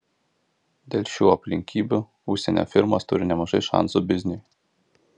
dėl šių aplinkybių užsienio firmos turi nemažai šansų bizniui